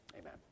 amen